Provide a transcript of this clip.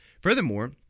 Furthermore